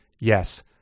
Yes